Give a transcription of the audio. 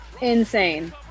insane